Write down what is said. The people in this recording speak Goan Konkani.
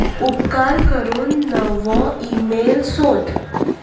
उपकार करून नवो ईमेल सोद